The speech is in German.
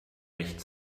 recht